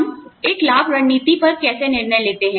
हम एक लाभ रणनीति पर कैसे निर्णय लेते हैं